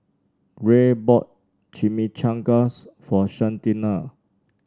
Rhea bought Chimichangas for Shanita